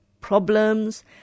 problems